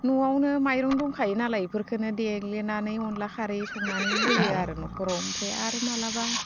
न'आवनो माइरं दंखायो नालाय इफोरखोनो देग्लिनानै अनद्ला खारै संनानै होयो आरो न'खराव ओमफ्राय आरो माब्लाबा